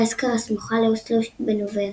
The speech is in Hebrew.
באסקר הסמוכה לאוסלו בנורווגיה.